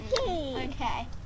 Okay